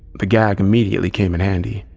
the gag immediately came in handy,